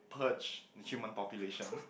purge human population